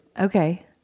Okay